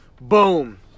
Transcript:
boom